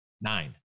Nine